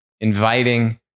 inviting